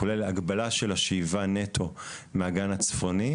כולל ההגבלה של השאיבה נטו מהאגן הצפוני,